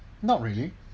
not really